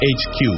hq